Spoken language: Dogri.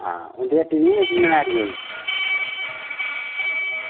उंदी हट्टी निं ऐ जेह्की मन्यारी दी